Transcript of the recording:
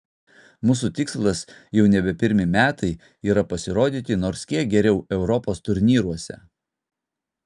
mūsų tikslas jau nebe pirmi metai yra pasirodyti nors kiek geriau europos turnyruose